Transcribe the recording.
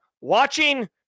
watching